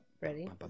Ready